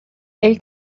ell